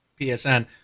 PSN